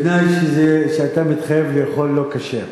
בתנאי שאתה מתחייב לאכול לא כשר.